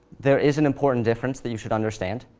there is an important difference that you should understand.